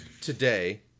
today